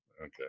Okay